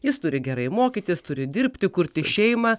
jis turi gerai mokytis turi dirbti kurti šeimą